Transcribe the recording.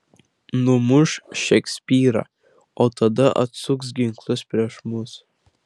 numuš šekspyrą o tada atsuks ginklus prieš mus